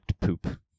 poop